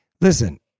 Listen